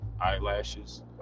eyelashes